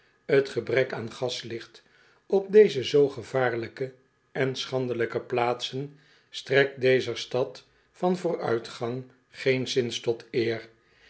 t gebrek aan gaslicht op deze zoo gevaarlijke en schandelijke plaatsen strekt dezer stad van vooruitgang geenszins tot eer